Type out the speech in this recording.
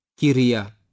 kiria